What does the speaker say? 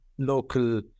local